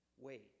wait